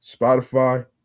Spotify